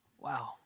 Wow